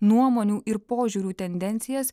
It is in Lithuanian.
nuomonių ir požiūrių tendencijas